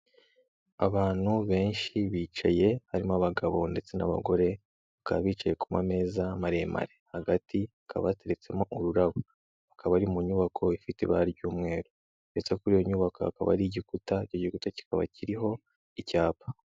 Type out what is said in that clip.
Abantu benshi bicaye harimo abagabo ndetse n'abagore bakaba bicaye ku meza maremare; hagati hakaba hateretsemo ururabo, hakaba ari mu nyubako ifite ibara ry'umweru ndetse kuri iyo nyubako hakaba hari igikuta; icyo gikuta kikaba kiriho icyapa.